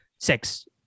six